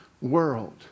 world